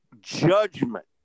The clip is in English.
judgment